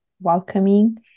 welcoming